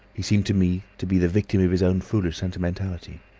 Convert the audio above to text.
he seemed to me to be the victim of his own foolish sentimentality.